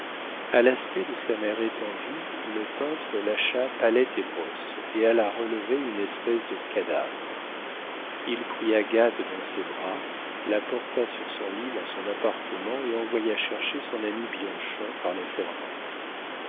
a l'aspect de sa mère étendue le peintre lâcha palette et brosses et alla relever une espèce de cadavre il prit agathe dans ses bras la porta sur son lit dans son appartement et envoya chercher son ami bianchon par la servante